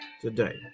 today